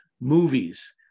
movies